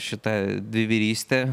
šita dvivyryste